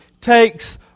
takes